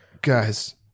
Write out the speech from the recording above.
Guys